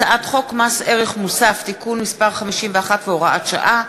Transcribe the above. הצעת חוק מס ערך מוסף (תיקון מס' 51 והוראת שעה),